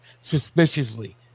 suspiciously